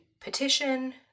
petition